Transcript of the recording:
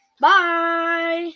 bye